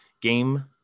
game